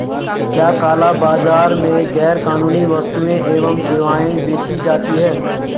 क्या काला बाजार में गैर कानूनी वस्तुएँ एवं सेवाएं बेची जाती हैं?